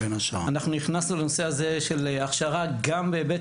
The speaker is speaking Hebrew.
אנחנו נכנסנו לנושא הזה של הכשרה גם בהיבט